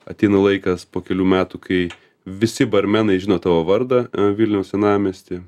ateina laikas po kelių metų kai visi barmenai žino tavo vardą vilniaus senamiesty